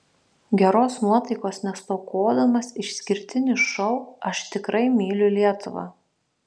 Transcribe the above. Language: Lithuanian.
geros nuotaikos nestokodamas išskirtinis šou aš tikrai myliu lietuvą